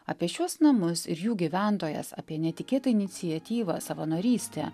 apie šiuos namus ir jų gyventojas apie netikėtą iniciatyvą savanorystę